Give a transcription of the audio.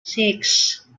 six